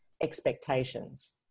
expectations